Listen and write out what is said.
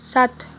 सात